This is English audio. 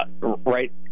right